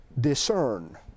discern